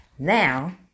Now